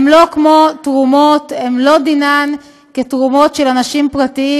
דינן לא כתרומות של אנשים פרטיים,